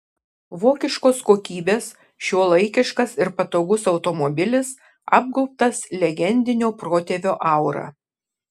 vokiškos kokybės šiuolaikiškas ir patogus automobilis apgaubtas legendinio protėvio aura